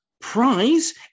Prize